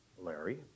Larry